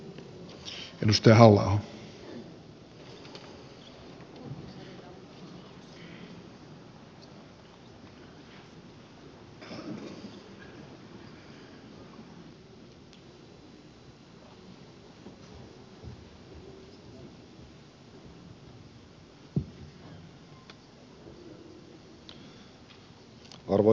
arvoisa herra puhemies